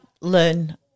learn